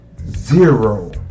Zero